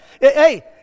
Hey